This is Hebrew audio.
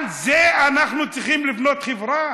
על זה אנחנו צריכים לבנות חברה?